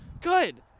Good